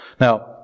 Now